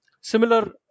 Similar